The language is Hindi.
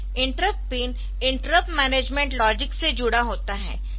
interrupt pin interrupt management logic से जुड़ा होता है